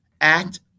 act